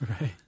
Right